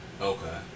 Okay